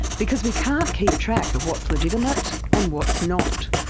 because we can't keep track of what's legitimate and what's not.